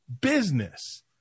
business